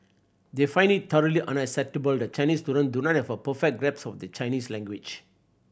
they find it thoroughly unacceptable that Chinese student do not have a perfect grasp of the Chinese language